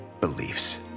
beliefs